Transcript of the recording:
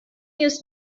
use